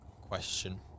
question